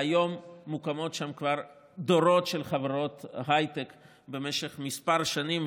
והיום מוקמות שם כבר דורות של חברות הייטק במשך כמה שנים,